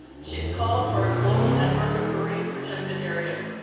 she has called for a global network of marine protected areas,